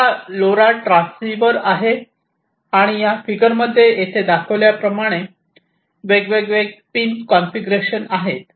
तर हा LoRa transceiver आहे आणि या फिगरमध्ये येथे दाखविल्या प्रमाणे वेगवेगळे पिन कॉन्फिगरेशन आहे